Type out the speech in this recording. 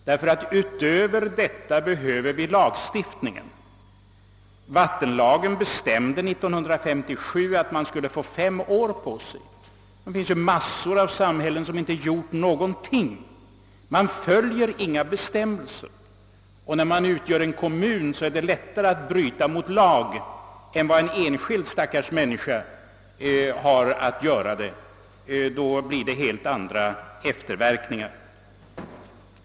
Enligt vattenlagen skulle kommunerna år 1957 få fem år på sig för att vidta erforderliga åtgärder för vatten reningen, men en mängd kommuner har ännu inte gjort någonting och alltså inte följt bestämmelserna. Det är emellertid lättare för en kommun att bryta mot lagen än det är för en stackars enskild människa — då blir det helt andra efterverkningar.